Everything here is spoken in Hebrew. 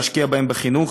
להשקיע בהם בחינוך,